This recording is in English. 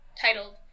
titled